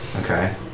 okay